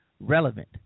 relevant